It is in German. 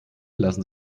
lassen